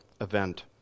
event